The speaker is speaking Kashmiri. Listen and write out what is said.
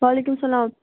وعلیکُم سلام